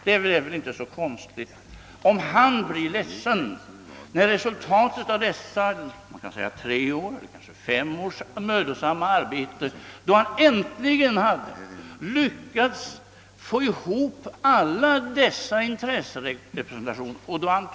Det är väl inte underligt om han blir ledsen och tycker det är bittert när det visar sig att detta mödosamma arbete under tre eller kanske fem år inte leder till någonting — för hur lång tid framåt vet vi inte.